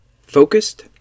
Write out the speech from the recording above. focused